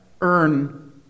earn